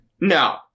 No